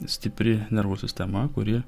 stipri nervų sistema kuri